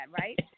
right